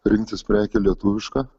rinktis prekę lietuvišką